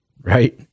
right